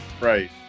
Right